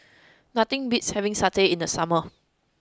nothing beats having satay in the summer